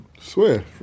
swear